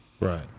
Right